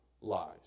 lies